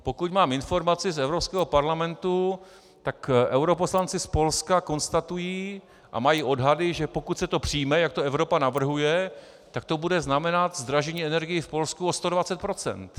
Pokud mám informaci z Evropského parlamentu, tak europoslanci z Polska konstatují a mají odhady, že pokud se to příjme, jak to Evropa navrhuje, tak to bude znamenat zdražení energií v Polsku o 120 %.